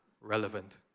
relevant